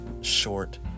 short